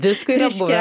visko yra buvę